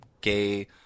gay –